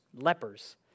lepers